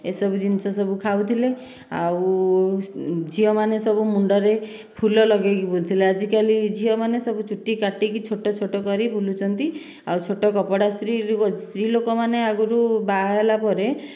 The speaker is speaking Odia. ଏସବୁ ଜିନିଷ ସବୁ ଖାଉଥିଲେ ଆଉ ଝିଅମାନେ ସବୁ ମୁଣ୍ଡରେ ଫୁଲ ଲଗେଇ ବୁଲୁଥିଲେ ଆଜିକାଲି ଝିଅମାନେ ସବୁ ଚୁଟି କାଟିକି ଛୋଟ ଛୋଟ କରି ବୁଲୁଛନ୍ତି ଆଉ ଛୋଟ କପଡ଼ା ସ୍ତ୍ରୀ ଲୋକ ସ୍ତ୍ରୀ ଲୋକମାନେ ଆଗରୁ ବାହା ହେଲା ପରେ